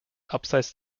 abseits